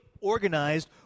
organized